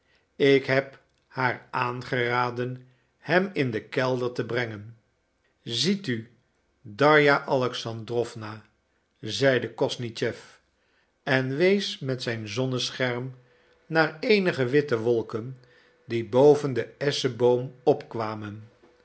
ik heb haar aangeraden hem in den kelder te brengen ziet u darja alexandrowna zeide kosnischew en wees met zijn zonnescherm naar eenige witte wolken die boven de esscheboom opkwamen